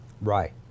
Right